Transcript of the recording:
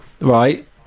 right